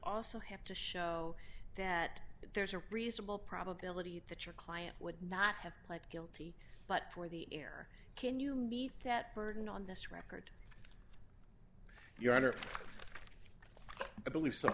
also have to show that there's a reasonable probability that your client would not have pled guilty but for the air can you meet that burden on this record your honor i believe so